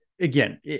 again